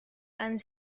and